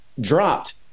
dropped